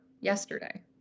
yesterday